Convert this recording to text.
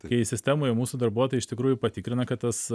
kai sistemoje mūsų darbuotojai iš tikrųjų patikrina kad tas